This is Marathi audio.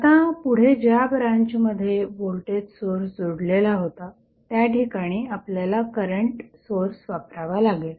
आता पुढे ज्या ब्रांचमध्ये व्होल्टेज सोर्स जोडलेला होता त्याठिकाणी आपल्याला करंट सोर्स वापरावा लागेल